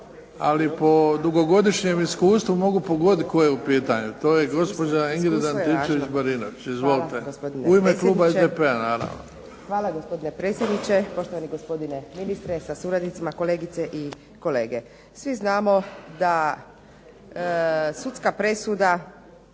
Ali po dugogodišnjem iskustvu mogu pogoditi tko je u pitanju. To je gospođa Ingrid Antičević-Marinović u ime kluba SDP-a. Izvolite. **Antičević Marinović, Ingrid (SDP)** Hvala vam gospodine predsjedniče. Poštovani gospodine ministre sa suradnicima, kolegice i kolege. Svi znamo da sudska presuda